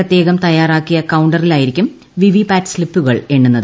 പ്രത്യേകഠ തയ്യാറാക്കിയ കൌണ്ടറിലായിരിക്കും VVPAT സ്ലിപ്പുകൾ എണ്ണുന്നത്